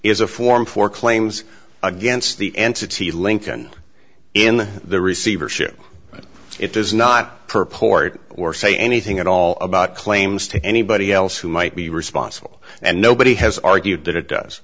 is a form for claims against the entity lincoln in the receivership but it does not purport or say anything at all about claims to anybody else who might be responsible and nobody has argued that it does